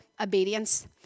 obedience